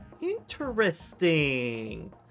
Interesting